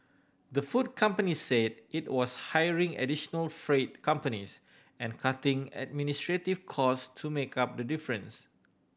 the food company said it was hiring additional freight companies and cutting administrative cost to make up the difference